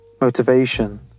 Motivation